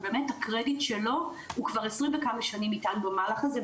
ובאמת הקרדיט שלו הוא כבר עשרים וכמה שנים איתנו במהלך הזה,